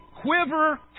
quiver